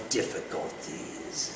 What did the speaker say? difficulties